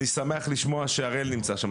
אני שמח לשמוע שהראל נמצא שם,